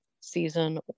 Season